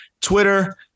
Twitter